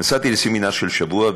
נסעתי לסמינר של שבוע,